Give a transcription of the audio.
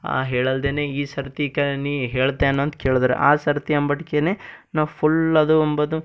ಹೇಳಲ್ದೇ ಈ ಸರತಿ ಕ ನೀ ಹೇಳ್ತೆನಂತ ಕೇಳ್ದರು ಆ ಸರತಿ ಅಂಬಟ್ಕೆ ನಾ ಫುಲ್ ಅದು ಅಂಬದು